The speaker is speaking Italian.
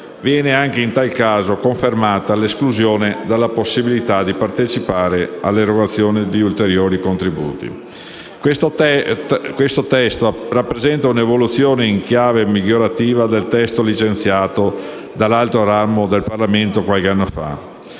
Viene, anche in tal caso, confermata l'esclusione dalla possibilità di partecipare all'erogazione di ulteriori contributi. Questo testo rappresenta un'evoluzione in chiave migliorativa del testo licenziato dall'altro ramo del Parlamento qualche anno fa.